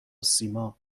سیما